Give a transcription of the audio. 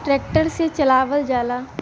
tractor से चलावल जाला